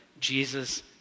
Jesus